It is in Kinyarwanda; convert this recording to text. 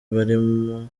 barimo